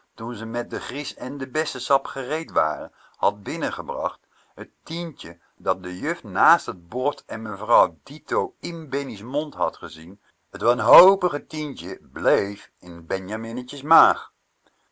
toen ze met de gries en de bessensap gereed waren had binnengebracht t tientje dat de juf naast t bord en mevrouw dito in bennie's mond had gezien t wanhopige tientje blééf in benjaminnetjes maag